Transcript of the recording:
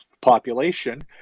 population